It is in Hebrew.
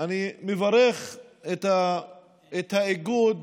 אני מברך את האיגוד